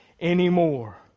anymore